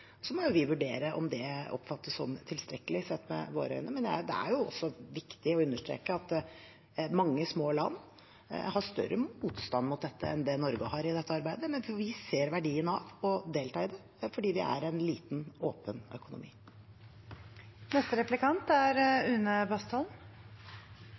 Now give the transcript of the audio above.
Så må vi vurdere om det oppfattes som tilstrekkelig sett med våre øyne. Men det er også viktig å understreke at mange små land har større motstand mot dette enn det Norge har, i dette arbeidet. For vi ser verdien av å delta i det fordi vi er en liten, åpen økonomi. Jeg tenkte å komme litt tilbake til kildeskatt på renter og royalty, for det er